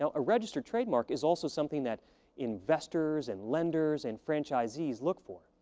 so a registered trademark is also something that investors and lenders and franchisees look for.